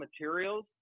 materials